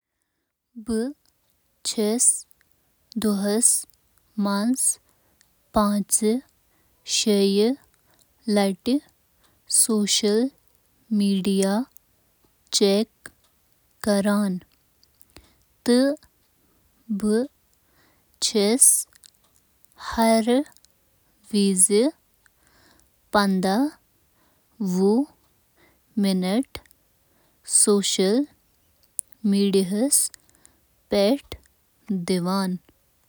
اَوسَط چھُس بہٕ سوشل میڈیاہَس پٮ۪ٹھ پرٛٮ۪تھ دۄہ زْ ,گٲنٛٹہٕ تہٕ ترٛووُہہ منٹ گُزاران۔ یہٕ چُھ یومیہ آن لائن سرگرمین ہنٛد اوسط. پانٛژترٕہ, فیصد حصہٕ تھاوان۔